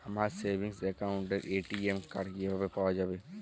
আমার সেভিংস অ্যাকাউন্টের ATM card কিভাবে পাওয়া যাবে?